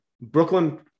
Brooklyn